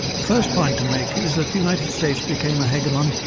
the first point to make is that the united states became a hegemon,